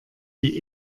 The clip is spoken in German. die